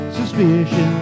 suspicion